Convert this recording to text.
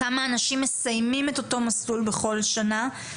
כמה אנשים מסיימים את אותו מסלול בכל שנה,